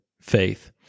faith